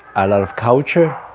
a lot of culture,